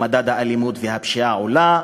ומדד האלימות והפשיעה עולה,